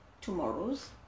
tomorrow's